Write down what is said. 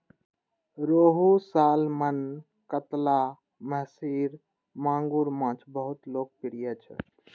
रोहू, सालमन, कतला, महसीर, मांगुर माछ बहुत लोकप्रिय छै